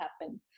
happen